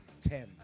Ten